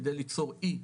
כדי ליצור אי,